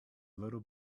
little